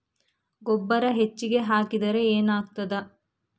ಗೊಬ್ಬರ ಹೆಚ್ಚಿಗೆ ಹಾಕಿದರೆ ಏನಾಗ್ತದ?